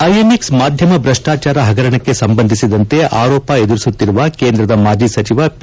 INX ಮಾಧ್ಯಮ ಭ್ರಷ್ವಾಚಾರ ಹಗರಣಕ್ಕೆ ಸಂಬಂಧಿಸಿದಂತೆ ಆರೋಪ ಎದುರಿಸುತ್ತಿರುವ ಕೇಂದ್ರದ ಮಾಜಿ ಸಚಿವ ಪಿ